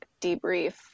debrief